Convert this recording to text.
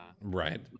Right